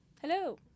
Hello